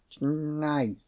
nice